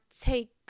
take